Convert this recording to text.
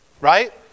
right